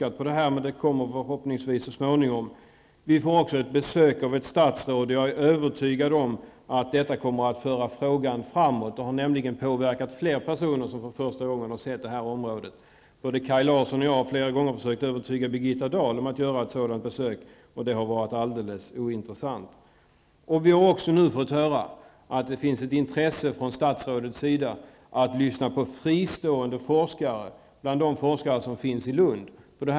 Jag hoppas dock att sådana så småningom kommer. Vidare kommer vi där nere i Skåne att få besök av ett statsråd. Jag är övertygad om att det innebär att vi kommer framåt i frågan. Fler personer som för första gången varit på platsen och sett området har nämligen påverkats. Både Kaj Larsson och jag har flera gånger försökt att övertyga Birgitta Dahl om nödvändigheten av ett sådant besök. Men det har varit helt ointressant för henne. Vidare har vi nu fått höra att det finns ett intresse från statsrådets sida för att lyssna på de fristående forskare på det här området som finns i Lund.